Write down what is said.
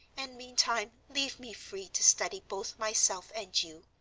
and, meantime, leave me free to study both myself and you.